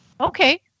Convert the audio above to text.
okay